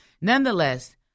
nonetheless